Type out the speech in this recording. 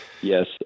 Yes